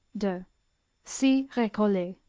de see recollet